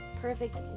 perfect